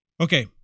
Okay